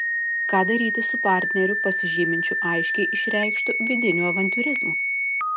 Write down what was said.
ką daryti su partneriu pasižyminčiu aiškiai išreikštu vidiniu avantiūrizmu